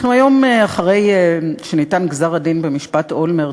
אנחנו היום אחרי שניתן גזר-הדין במשפט אולמרט,